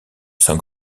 sans